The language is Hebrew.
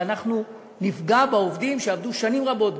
אנחנו נפגע בעובדים שעבדו שנים רבות,